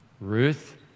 Ruth